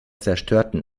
zerstörten